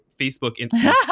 Facebook